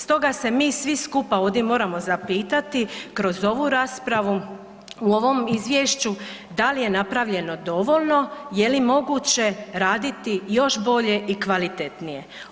Stoga se mi svi skupa ovdje moramo zapitati kroz ovu raspravu o ovom izvješću, da li je napravljeno dovoljno, je li moguće raditi još bolje i kvalitetnije?